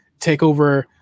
TakeOver